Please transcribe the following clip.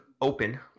open